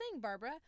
Barbara